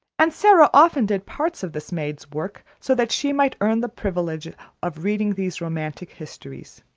and sara often did parts of this maid's work so that she might earn the privilege of reading these romantic histories.